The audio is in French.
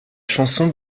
chanson